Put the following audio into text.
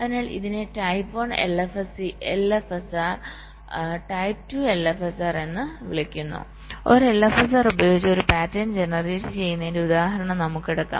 അതിനാൽ ഇതിനെ type 1 LFSR type 2 LFSR എന്ന് വിളിക്കുന്നു ഒരു LFSR ഉപയോഗിച്ച് ഒരു പാറ്റേൺ ജനറേറ്റ് ചെയ്യുന്നതിന്റെ ഉദാഹരണം നമുക്ക് എടുക്കാം